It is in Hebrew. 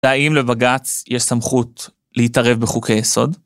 האם לבג"צ יש סמכות להתערב בחוקי יסוד?